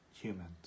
humans